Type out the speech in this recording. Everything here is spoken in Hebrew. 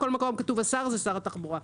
בכל מקום שכתוב השר זה שר התחבורה.